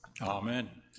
amen